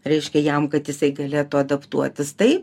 reiškia jam kad jisai galėtų adaptuotis tai